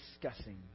discussing